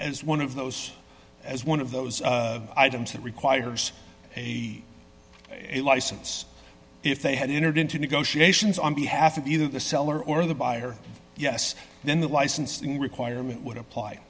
as one of those as one of those items that requires a license if they had entered into negotiations on behalf of either the seller or the buyer yes then the licensing requirement would apply